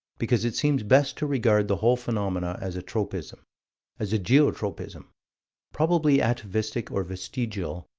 because it seems best to regard the whole phenomenon as a tropism as a geotropism probably atavistic, or vestigial,